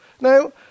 Now